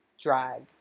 drag